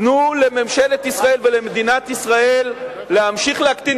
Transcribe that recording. תנו לממשלת ישראל ולמדינת ישראל להמשיך להקטין